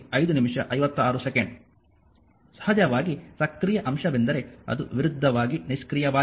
ಸಹಜವಾಗಿ ಸಕ್ರಿಯ ಅಂಶವೆಂದರೆ ಅದು ವಿರುದ್ಧವಾಗಿ ನಿಷ್ಕ್ರಿಯವಾಗಿಲ್ಲ